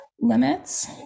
limits